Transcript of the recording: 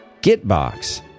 Gitbox